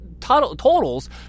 totals